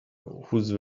whose